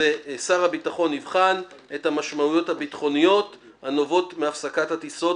"שר הביטחון יבחן את המשמעויות הביטחוניות הנובעות מהפסקת הטיסות